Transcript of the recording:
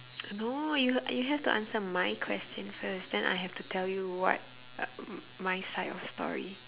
no you you have to answer my question first then I have to tell you what uh my side of story